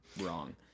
wrong